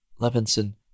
Levinson